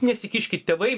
nesikiškit tėvai